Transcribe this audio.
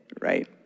right